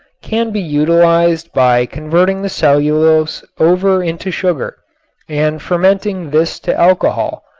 can be utilized by converting the cellulose over into sugar and fermenting this to alcohol,